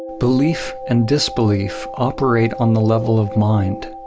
belief and disbelief operate on the level of mind.